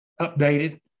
updated